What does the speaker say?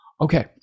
okay